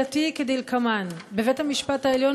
ושאלתי היא כדלקמן: בבית-המשפט העליון